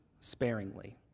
sparingly